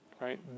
right